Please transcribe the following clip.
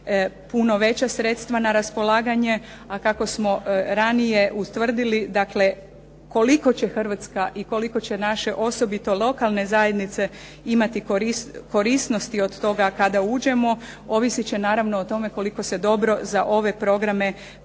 puno veća sredstva na raspolaganje. A kako smo ranije ustvrdili koliko će Hrvatska i koliko će naše osobito lokalne zajednice imati korisnosti od toga kada uđemo, ovisiti će naravno o tome koliko se dobro za ove programe pripremimo